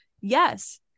yes